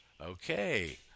Okay